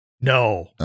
No